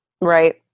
Right